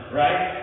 right